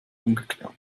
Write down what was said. ungeklärt